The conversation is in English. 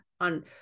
on